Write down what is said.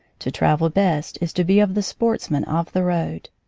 to travel best is to be of the sportsmen of the road.